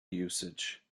usage